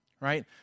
right